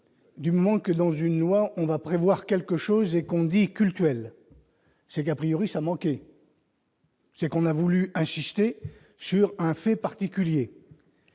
du moment que dans une loi, on va prévoir quelque chose et qu'on dit culturelle c'est qu'a priori ça manquait. C'est qu'on a voulu insister sur un fait particulier